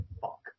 fuck